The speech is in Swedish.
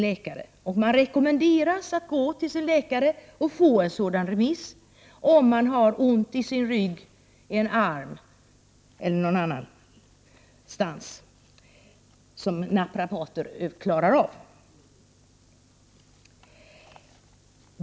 Man 25 maj 1989 rekommenderas att gå till sin läkare för att få en sådan remiss om man har ont it.ex. ryggen eller armen, dvs. något som naprapater kan klara av.